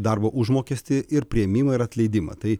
darbo užmokestį ir priėmimą ir atleidimą tai